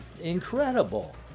Incredible